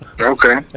Okay